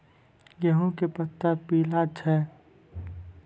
गेहूँ के पत्ता पीला छै?